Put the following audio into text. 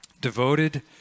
devoted